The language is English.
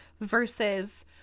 versus